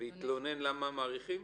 ויתלונן למה מאריכים?